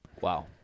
Wow